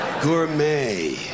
gourmet